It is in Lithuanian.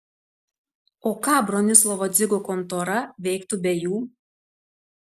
o ką bronislovo dzigo kontora veiktų be jų